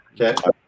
Okay